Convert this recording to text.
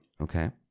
okay